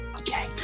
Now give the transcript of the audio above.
Okay